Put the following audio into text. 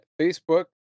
Facebook